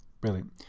Brilliant